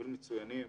העובדים מצוינים,